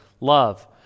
love